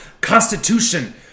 constitution